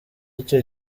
icyo